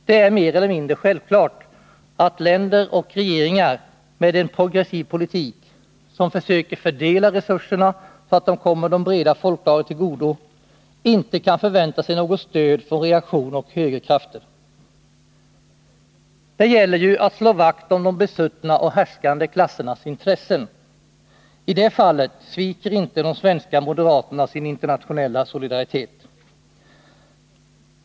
Det är mer eller mindre självklart att länder och regeringar med en progressiv politik, som försöker fördela resurserna så att de kommer de breda folklagren till godo, inte kan förvänta sig något stöd och någon reaktion från högerkrafter. Det gäller ju att slå vakt om de besuttna och härskande klassernas intressen. I det fallet sviker inte de svenska moderaterna sin internationella solidaritet.